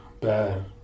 bad